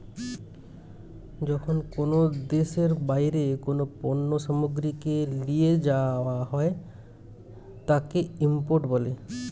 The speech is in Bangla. যখন কোনো দেশের বাইরে কোনো পণ্য সামগ্রীকে লিয়ে যায়া হয় তাকে ইম্পোর্ট বলে